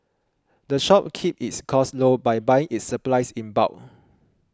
the shop keeps its costs low by buying its supplies in bulk